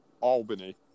Albany